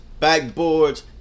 Backboards